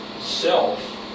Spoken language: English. self